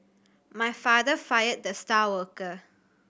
my father fired the star worker